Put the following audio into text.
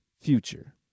future